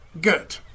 Good